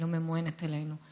היא לא ממוענת אלינו.